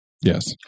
Yes